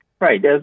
Right